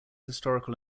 historical